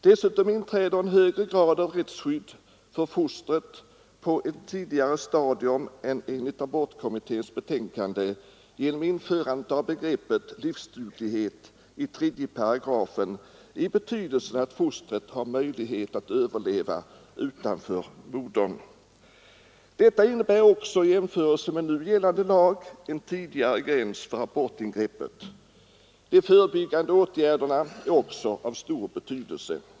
Dessutom inträder en högre grad av rättsskydd för fostret på ett tidigare stadium än enligt abortkommitténs betänkande genom införandet av begreppet ”livsduglighet” i 3 §, i betydelsen att fostret har möjlighet att överleva utanför modern. Detta innebär också i jämförelse med nu gällande lag en tidigare gräns för abortingreppet. De förebyggande åtgärderna är även av stor betydelse.